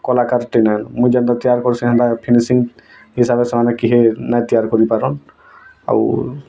କଲାକାରଟେ ନୁ ମୁଁ ଯେନ୍ତା ତିଆରି କର୍ସି ସେନ୍ତା ଫିନିସିଗିଂ ହିସାବରେ ସେମାନେ କେହି ନାଇଁ ତିଆରି କରିପାରନ୍ ଆଉ